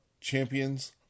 champions